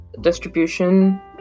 distribution